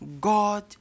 God